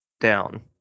down